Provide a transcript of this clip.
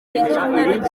icyumweru